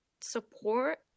support